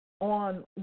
on